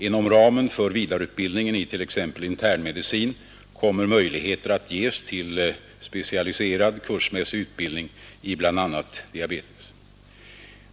Inom ramen för vidareutbildningen i t.ex. internmedicin kommer möjligheter att ges till specialiserad kursmässig utbildning beträffande bl.a. diabetes.